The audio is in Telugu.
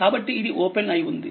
కాబట్టి ఇదిఓపెన్ అయి ఉంది